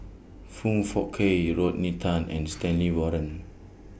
Foong Fook Kay Rodney Tan and Stanley Warren